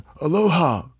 Aloha